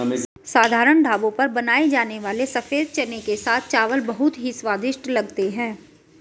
साधारण ढाबों पर बनाए जाने वाले सफेद चने के साथ चावल बहुत ही स्वादिष्ट लगते हैं